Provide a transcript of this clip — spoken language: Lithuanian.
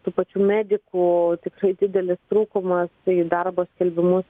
tų pačių medikų tikrai didelis trūkumas į darbo skelbimus